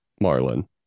Marlin